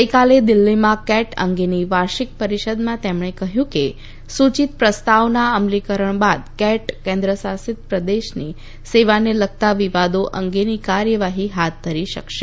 ગઈકાલે દિલ્હીમાં કેટ અંગેની વાર્ષિક પરિષદમાં તેમણે કહ્યું કે સુચિત પ્રસ્તાવના અમલીકરણ બાદ કેટ કેન્દ્રશાસિત પ્રદેશની સેવાને લગતા વિવાદો અંગેની કાર્યવાહી હાથ ધરી શકશે